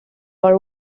war